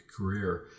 career